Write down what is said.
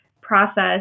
process